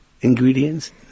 ingredients